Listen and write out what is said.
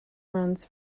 runs